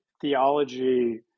theology